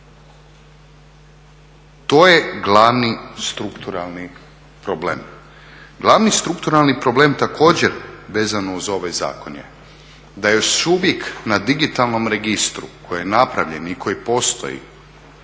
To je glavni strukturalni problem. Glavni strukturalni problem također vezano uz ovaj zakon je, da još uvijek na digitalnom registru koji je napravljen i koji postoji